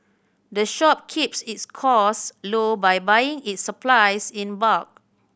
the shop keeps its costs low by buying its supplies in bulk